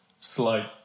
slight